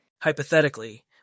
Hypothetically